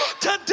today